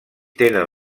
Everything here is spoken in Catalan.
tenen